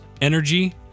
energy